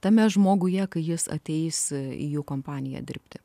tame žmoguje kai jis ateis į jų kompaniją dirbti